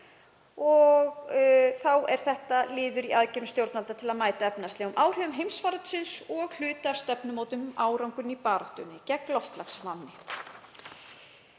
er þetta liður í aðgerðum stjórnvalda til að mæta efnahagslegum áhrifum heimsfaraldursins og hluti af stefnumótun um árangur í baráttunni gegn loftslagsvánni.